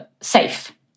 safe